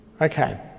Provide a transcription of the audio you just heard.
Okay